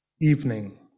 evening